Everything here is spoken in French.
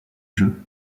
jeu